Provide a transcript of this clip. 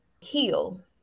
heal